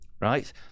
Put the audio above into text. right